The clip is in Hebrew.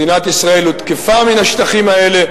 מדינת ישראל הותקפה מן השטחים האלה